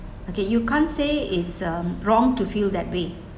okay you can't say um it's um wrong to feel that way